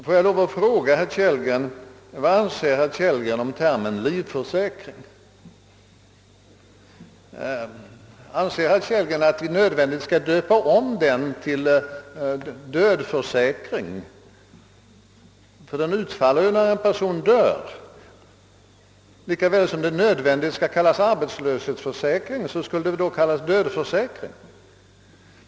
Får jag lov att fråga: Vad anser herr Kellgren om termen livförsäkring? Menar han att den måste ändras till dödförsäkring? Den utfaller ju när en person dör, och lika väl som man nödvändigt skall säga arbetslöshetsförsäkring borde väl då livförsäkring kallas dödförsäkring.